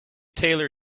taylor